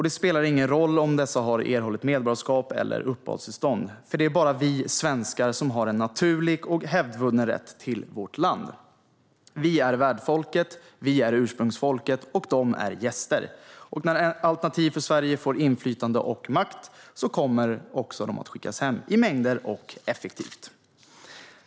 Det spelar ingen roll om de har erhållit medborgarskap eller uppehållstillstånd, för det är bara vi svenskar som har en naturlig och hävdvunnen rätt till vårt land. Vi är värdfolket och ursprungsfolket, och de är gäster. När Alternativ för Sverige får inflytande och makt kommer de att skickas hem, i mängder och effektivt.